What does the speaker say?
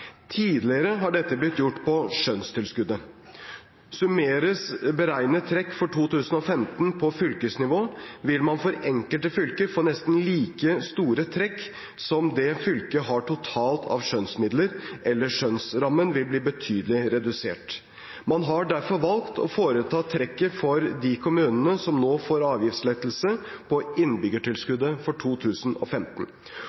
Tidligere har dette blitt gjort på skjønnstilskuddet. Summeres beregnet trekk for 2015 på fylkesnivå, vil man for enkelte fylker få nesten like store trekk som det fylket har totalt av skjønnsmidler, eller skjønnsrammen vil bli betydelig redusert. Man har derfor valgt å foreta trekket for de kommunene som nå får avgiftslettelse på innbyggertilskuddet for 2015.